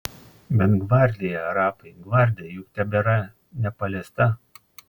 bet gvardija rapai gvardija juk tebėra nepaliesta